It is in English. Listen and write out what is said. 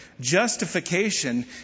Justification